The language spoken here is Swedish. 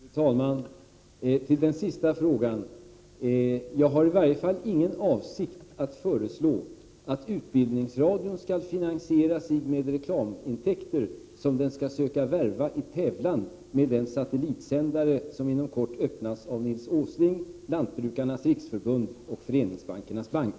Fru talman! På den senaste frågan skulle jag vilja svara att jag i varje fall inte har för avsikt att föreslå att utbildningsradion skall finansiera sig med reklamintäkter som den skall söka värva i tävlan med den satellitsändare som inom kort öppnas av Nils Åsling, Lantbrukarnas riksförbund och Föreningsbankernas bank.